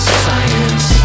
science